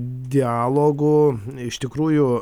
dialogų iš tikrųjų